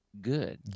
good